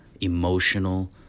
emotional